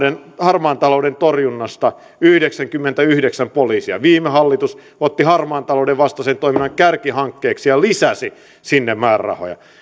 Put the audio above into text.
harmaan talouden torjunnasta yhdeksänkymmentäyhdeksän poliisia viime hallitus otti harmaan talouden vastaisen toiminnan kärkihankkeeksi ja lisäsi sinne määrärahoja